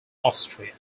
austria